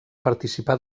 participar